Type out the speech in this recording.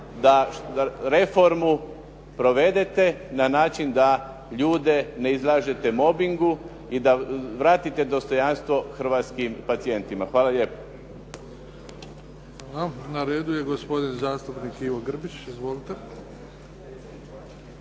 da reformu provedete na način da ljude ne izlažete mobbingu i da vratite dostojanstvo hrvatskim pacijentima. Hvala lijepo. **Bebić, Luka (HDZ)** Hvala. Na redu je gospodin zastupnik Ivo Grbić. Izvolite.